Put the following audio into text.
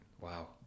wow